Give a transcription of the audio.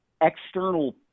external